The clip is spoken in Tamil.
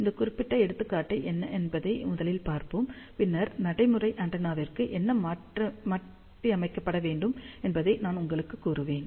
இந்த குறிப்பிட்ட எடுத்துக்காட்டு என்ன என்பதை முதலில் பார்ப்போம் பின்னர் நடைமுறை ஆண்டெனாவிற்கு என்ன மாற்றியமைக்கப்பட வேண்டும் என்பதை நான் உங்களுக்கு கூறுவேன்